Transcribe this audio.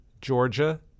Georgia